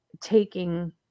taking